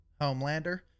Homelander